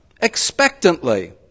expectantly